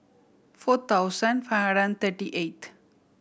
four thousand five hundred thirty eight